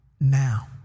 now